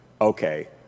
okay